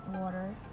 water